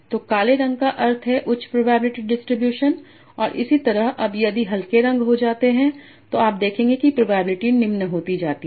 तो काले रंग का अर्थ है उच्च प्रोबेबिलिटी डिस्ट्रीब्यूशन और इसी तरह अब यदि रंग हल्के होते जाते हैं तो आप देखेंगे की प्रोबेबिलिटी निम्न होती जा रही है